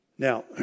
Now